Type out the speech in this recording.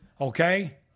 okay